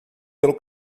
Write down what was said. pelo